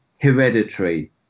hereditary